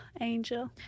angel